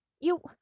You-